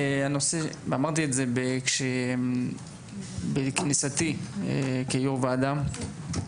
אמרתי את זה בכניסתי כיו"ר ועדה,